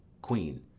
queen.